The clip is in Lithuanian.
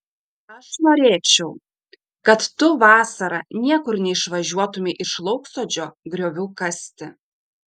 aš norėčiau kad tu vasarą niekur neišvažiuotumei iš lauksodžio griovių kasti